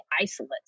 isolates